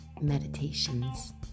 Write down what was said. meditations